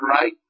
right